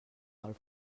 del